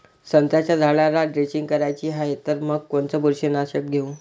संत्र्याच्या झाडाला द्रेंचींग करायची हाये तर मग कोनच बुरशीनाशक घेऊ?